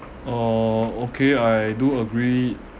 uh okay I do agree